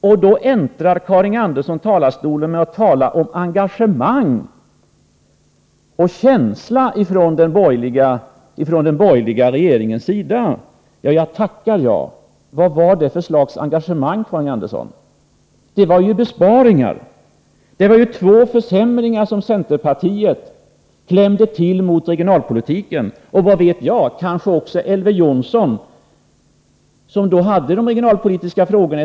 Karin Andersson äntrade talarstolen och började tala om engagemang och känsla från den borgerliga regeringens sida. Jo jag tackar jag. Vad var det för slags engagemang, Karin Andersson? Det var ju besparingar. Det var två försämringar som centerpartiet klämde till med mot regionalpolitiken. Vad vet jag— kanske också Elver Jonsson röstade för de besparingarna.